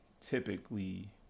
typically